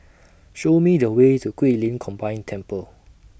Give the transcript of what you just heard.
Show Me The Way to Guilin Combined Temple